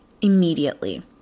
immediately